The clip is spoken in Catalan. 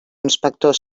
inspector